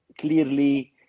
clearly